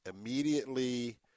immediately